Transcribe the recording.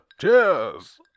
Cheers